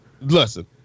Listen